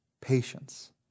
patience